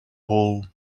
pull